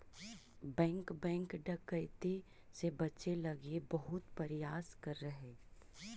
bank bank डकैती से बचे लगी बहुत प्रयास करऽ हइ